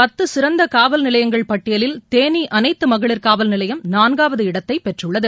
பத்துசிறந்தகாவல்நிலையங்கள் பட்டியில் தேனிஅனைத்துமகளிர் காவல்நிலையம் நாட்டின் நான்காவது இடத்தைபெற்றுள்ளது